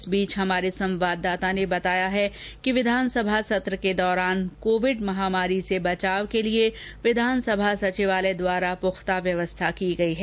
इस बीच हमारे संवाददाता ने बताया कि विधानसभा सत्र को दौरान कोविड महामारी से बचाव के लिए सचिवालय द्वारा पुख्ता व्यवस्था की गई है